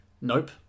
Nope